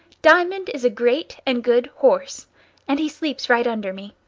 diamond is a great and good horse and he sleeps right under me.